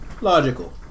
logical